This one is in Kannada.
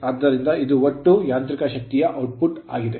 ಆದ್ದರಿಂದ ಇದು ಒಟ್ಟು ಯಾಂತ್ರಿಕ ಶಕ್ತಿಯ ಔಟ್ಪುಟ್ ಆಗಿದೆ